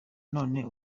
none